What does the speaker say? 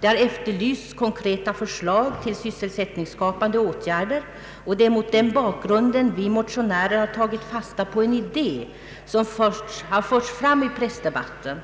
Det har efterlysts konkreta förslag till sysselsättningsskapande åtgärder, och det är mot den bakgrunden vi motionärer tagit fasta på en idé som förts fram i pressdebatten.